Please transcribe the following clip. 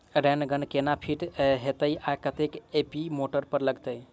Rain gun केना fit हेतइ आ कतेक एच.पी मोटर पर चलतै?